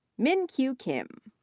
min kyu kim,